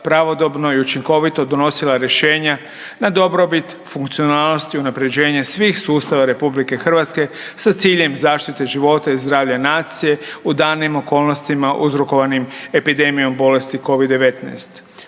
pravodobno i učinkovito donosila rješenja na dobrobit funkcionalnosti, unapređenje svih sustava Republike Hrvatske sa ciljem zaštite života i zdravlja nacije u danim okolnostima uzrokovanim epidemijom bolesti COVID-19.